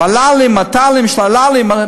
ול"לים, מט"לים, שמל"לים.